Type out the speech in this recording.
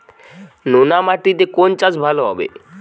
নোনা মাটিতে কোন চাষ ভালো হবে?